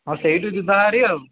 ହଁ ସେଇଠୁ ଯିବା ହେରି ଆଉ